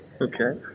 Okay